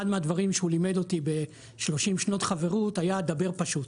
אחד מהדברים שהוא לימד אותי ב-30 שנות חברות היה 'דבר פשוט'.